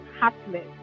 heartless